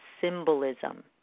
symbolism